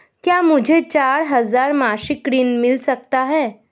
क्या मुझे चार हजार मासिक ऋण मिल सकता है?